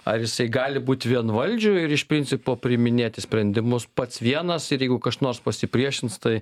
ar jisai gali būt vienvaldžiu ir iš principo priiminėti sprendimus pats vienas jeigu kas nors pasipriešins tai